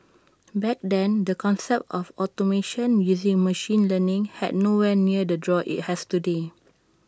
back then the concept of automation using machine learning had nowhere near the draw IT has today